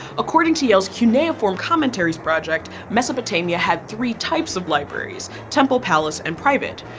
according to yale's cuneiform commentaries project, mesopotamia had three types of libraries, temple, palace and private.